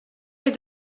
mes